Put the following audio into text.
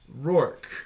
Rourke